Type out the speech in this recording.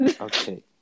Okay